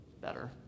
better